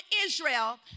Israel